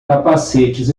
capacetes